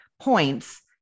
points